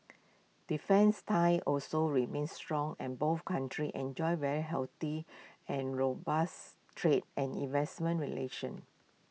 defence ties also remain strong and both countries enjoy very healthy and robust trade and investment relations